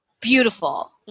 Beautiful